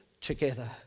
together